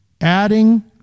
Adding